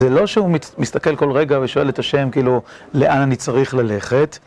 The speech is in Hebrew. זה לא שהוא מסתכל כל רגע ושואל את השם, כאילו, לאן אני צריך ללכת?